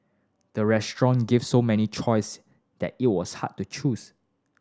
the restaurant gave so many choice that it was hard to choose